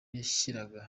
yashyiraga